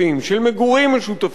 של מגורים משותפים,